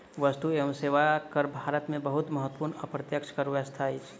वस्तु एवं सेवा कर भारत में बहुत महत्वपूर्ण अप्रत्यक्ष कर व्यवस्था अछि